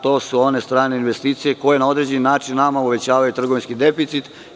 To su one strane investicije koje na određeni način nama uvećavaju trgovinski deficit.